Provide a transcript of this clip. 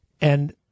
And-